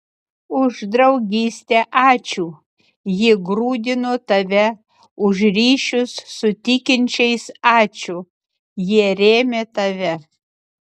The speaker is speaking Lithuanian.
už draugystę ačiū ji grūdino tave už ryšius su tikinčiais ačiū jie rėmė tave